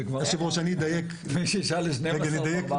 בין 6% ל-12% בארבעה חודשים --- רגע,